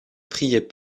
priait